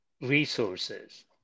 resources